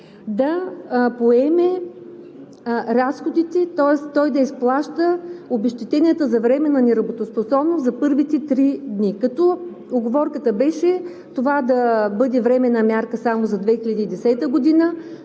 да поеме разходите, тоест той да изплаща обезщетенията за временна неработоспособност за първите три дни, като уговорката беше това да бъде временна мярка само за 2010 г.,